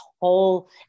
whole